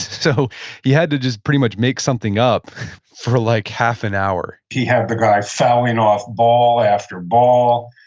so he had to just pretty much make something up for like, half an hour he had the guy fouling off ball after ball.